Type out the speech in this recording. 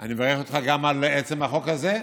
אני מברך אותך גם על עצם החוק הזה.